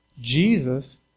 Jesus